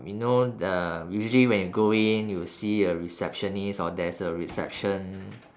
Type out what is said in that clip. you know the usually when you go in you'll see a receptionist or there's a reception